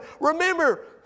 remember